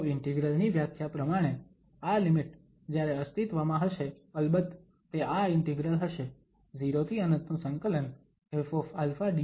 તો ઇન્ટિગ્રલ ની વ્યાખ્યા પ્રમાણે આ લિમિટ જ્યારે અસ્તિત્વમાં હશે અલબત્ત તે આ ઇન્ટિગ્રલ હશે 0∫∞ ƒαdα